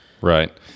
Right